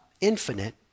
infinite